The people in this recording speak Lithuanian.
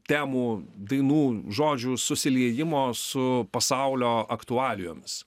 temų dainų žodžių susiliejimo su pasaulio aktualijomis